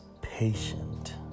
patient